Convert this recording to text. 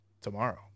tomorrow